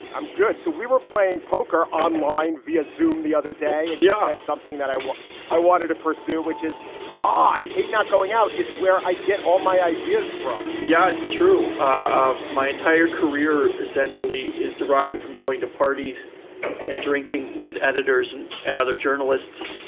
i'm good. so we were playing poker online via xoom the other day. and yeah. it's something that i what i wanted to pursue, which is i hate not going out. it's where i get all my ideas from yeah, it's true of my entire career essentially is derived from going to parties and drinking with editors and and other journalists.